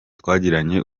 twagiranye